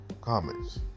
comments